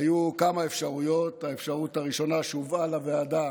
היו כמה אפשרויות: האפשרות הראשונה שהובאה לוועדה